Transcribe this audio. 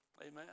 Amen